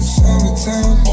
summertime